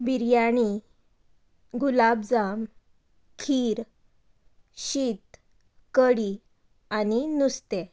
बिरयाणी गुलाम जाम खीर शीत कडी आनी नुस्तें